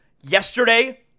Yesterday